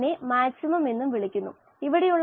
oxygen ഉപഭോഗ നിരക്കാണ് qO2